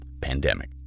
pandemic